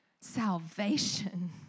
salvation